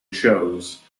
chose